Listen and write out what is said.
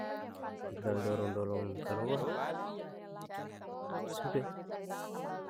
Tinggal dorong-dorong kaluar suda.